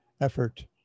effort